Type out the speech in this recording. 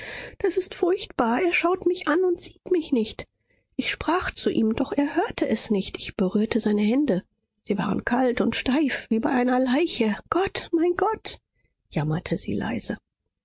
das ist furchtbar er schaut mich an und sieht mich nicht ich sprach zu ihm doch er hörte es nicht ich berührte seine hände sie waren kalt und steif wie bei einer leiche gott mein gott jammerte sie leise